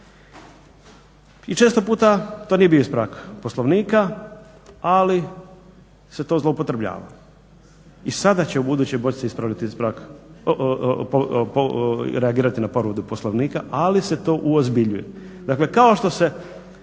I često puta to nije bio ispravak poslovnika ali se to zloupotrebljava i sada će ubuduće moći ispraviti reagirati na povredu poslovnika ali se to uozbiljuje dakle kao što se